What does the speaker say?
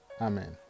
Amen